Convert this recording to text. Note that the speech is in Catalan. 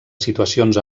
situacions